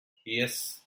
yes